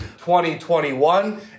2021